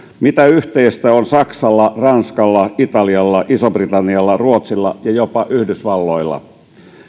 mitä yhteistä on saksalla ranskalla italialla isolla britannialla ruotsilla ja jopa yhdysvalloilla